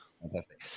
Fantastic